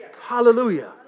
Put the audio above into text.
Hallelujah